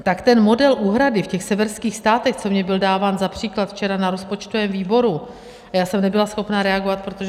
Tak ten model úhrady v těch severských státech, co mně byl dáván za příklad včera na rozpočtovém výboru, já jsem nebyla schopna reagovat, protože jsem samozřejmě...